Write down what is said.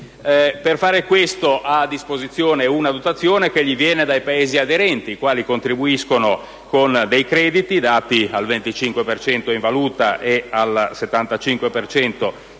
Per fare questo ha a disposizione una dotazione che gli viene dai Paesi aderenti, i quali contribuiscono con dei crediti dati per il 25 per cento in valuta